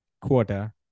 quarter